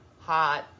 hot